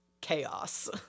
chaos